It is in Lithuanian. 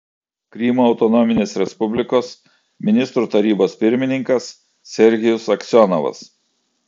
krymo autonominės respublikos ministrų tarybos pirmininkas serhijus aksionovas